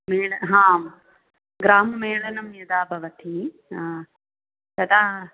mail ग्राममेलनं यदा भवति तदा